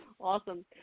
awesome